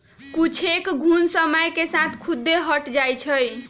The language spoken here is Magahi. कुछेक घुण समय के साथ खुद्दे हट जाई छई